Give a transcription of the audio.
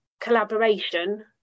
collaboration